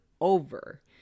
over